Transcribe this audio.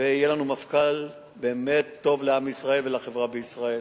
ויהיה לנו מפכ"ל באמת טוב לעם ישראל ולחברה בישראל.